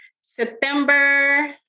September